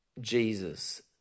Jesus